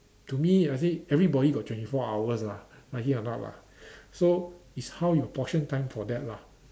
to me I see everybody got twenty four hours lah actually a lot lah so it's how you portion time for that lah